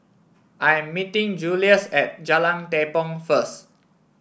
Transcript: I'm meeting Julious at Jalan Tepong first